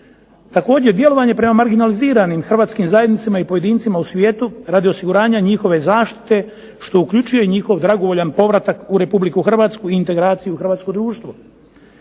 Također djelovanje prema marginaliziranim hrvatskim zajednicama i pojedincima u svijetu radi osiguranja njihove zaštite što uključuje njihov dragovoljni povratak u Republiku Hrvatsku i integraciju u hrvatsko društvo,